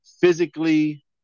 physically